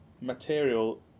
material